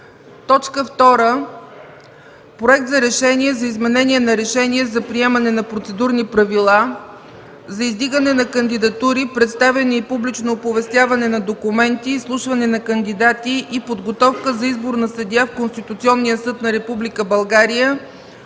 първа. 2. Проект за решение за изменение на Решение за приемане на процедурни правила за издигане на кандидатури, представяне и публично оповестяване на документи, изслушване на кандидати и подготовка за избор на съдия в Конституционния съд на